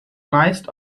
meist